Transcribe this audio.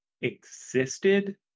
existed